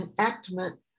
enactment